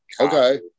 okay